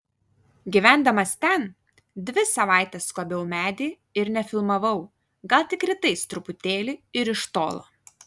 gyvendamas ten dvi savaites skobiau medį ir nefilmavau gal tik rytais truputėlį ir iš tolo